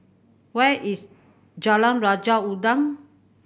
where is Jalan Raja Udang